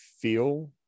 feel